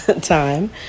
time